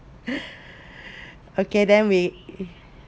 okay then we